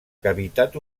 cavitat